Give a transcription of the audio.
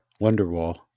Wonderwall